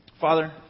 Father